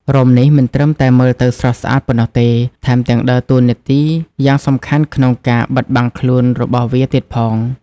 រោមនេះមិនត្រឹមតែមើលទៅស្រស់ស្អាតប៉ុណ្ណោះទេ ថែមទាំងដើរតួនាទីយ៉ាងសំខាន់ក្នុងការ បិទបាំងខ្លួន របស់វាទៀតផង។